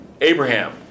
Abraham